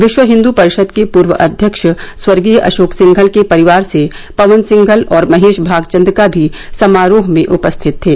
विश्व हिन्दू परिषद के पूर्व अव्यक्ष स्वर्गीय अशोक सिंघल के परिवार से पवन सिंघल और महेश भागचंदका भी समारोह में उपस्थित थे